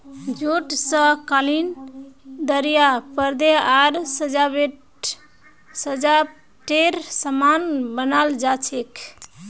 jute स कालीन दरियाँ परदे आर सजावटेर सामान बनाल जा छेक